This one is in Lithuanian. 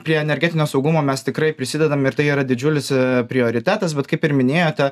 prie energetinio saugumo mes tikrai prisidedam ir tai yra didžiulis prioritetas bet kaip ir minėjote